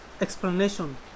explanation